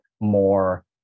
more